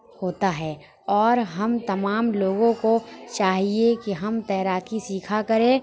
ہوتا ہے اور ہم تمام لوگوں کو کو چاہیے کہ ہم تیراکی سیکھا کریں